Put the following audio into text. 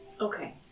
Okay